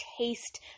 taste